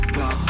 go